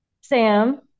Sam